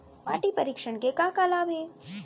माटी परीक्षण के का का लाभ हे?